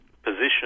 position